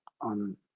on